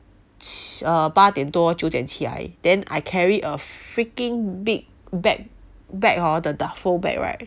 err 八点多九点起来 then I carry a freaking big bag bag hor the duffel bag right